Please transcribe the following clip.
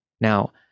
Now